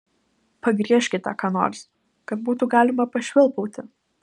pagriežkite ką nors kad būtų galima pašvilpauti